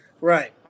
right